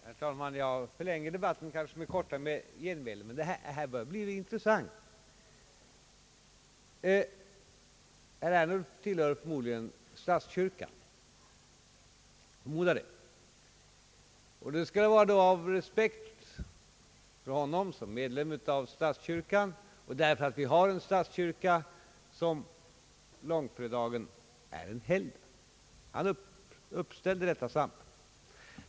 Herr talman! Jag förlänger kanske debatten med korta genmälen, men detta börjar bli intressant. Herr Ernulf tillhör förmodligen statskyrkan. Då skulle det vara av respekt för honom som medlem av statskyrkan och därför att vi har en statskyrka, som långfredagen är en helg. Herr Ernulf uppställde detta samband.